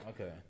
Okay